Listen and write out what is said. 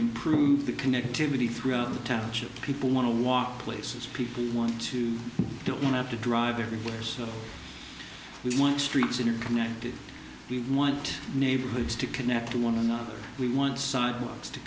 improve the connectivity throughout the township people want to walk places people want to don't have to drive everywhere so we want streets interconnected we want neighborhoods to connect to one another we want sidewalks to